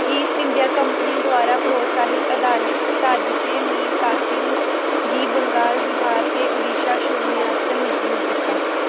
east India company द्वारा प्रोत्साहित अदालत साज़िशें मीर कासिम गी बंगालबिहार ते उड़ीसा छोड़ने आस्तै मजबूर कीता